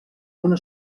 una